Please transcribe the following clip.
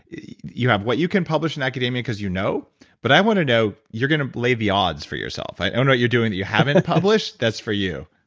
you have what you can publish in academia because you know but i want to know, you're going to lay the odds for yourself. i don't know what you're doing that you haven't published that's for you